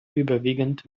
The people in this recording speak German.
überwiegend